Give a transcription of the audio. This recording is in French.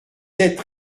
sept